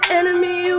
enemy